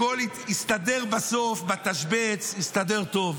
הכול הסתדר בסוף בתשבץ, הסתדר טוב.